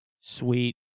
Sweet